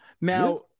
Now